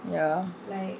ya